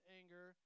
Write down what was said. anger